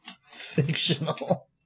fictional